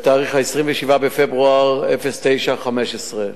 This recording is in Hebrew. בתאריך 27 בפברואר, 09:15,